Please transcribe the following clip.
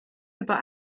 über